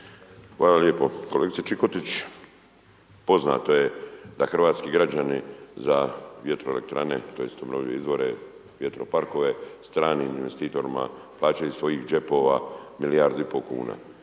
Hvala lijepo. Kolegice Čikotić, poznato je da hrvatski građani za vjetroelektrane tj. obnovljive izvore, vjetroparkove, stranim investitorima plaćaju iz svojih džepova milijardu i pol kuna.